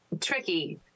tricky